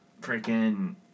freaking